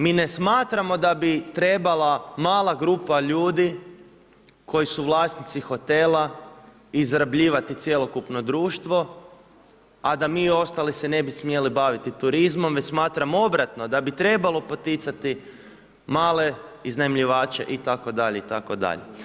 Mi ne smatramo da bi trebala mala grupa ljudi, koji su vlasnici hotela izrabljivati cjelokupno društvo, a da mi ostali se ne bi smjeli baviti turizmom, već smatram obratno, da bi trebalo poticati male iznajmljivače, itd. itd.